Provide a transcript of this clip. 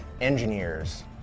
engineers